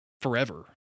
forever